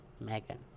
Megan